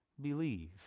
believe